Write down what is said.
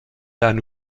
d’un